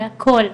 בהכל.